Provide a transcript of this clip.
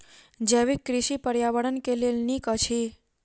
जैविक कृषि पर्यावरण के लेल नीक अछि